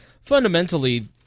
fundamentally